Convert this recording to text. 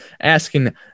asking